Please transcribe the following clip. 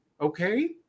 okay